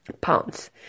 pounds